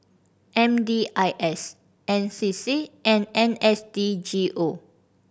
M D I S N C C and N S D G O